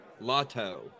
Lotto